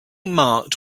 marked